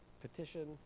petition